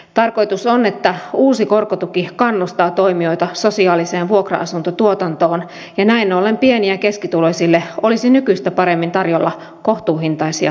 tarkoitus on että uusi korkotuki kannustaa toimijoita sosiaaliseen vuokra asuntotuotantoon ja näin ollen pieni ja keskituloisille olisi nykyistä paremmin tarjolla kohtuuhintaisia asumisratkaisuja